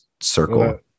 circle